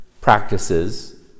practices